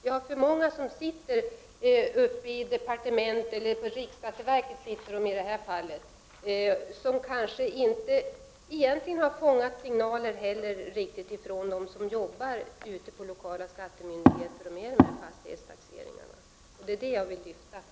Det är för många som sitter i departement eller i det här fallet på riksskatteverket, och som kanske inte riktigt har fångat upp signalerna från dem som arbetar med fastighetstaxeringarna ute på lokala skattemyndigheter. Det är det jag vill lyfta fram.